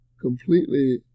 completely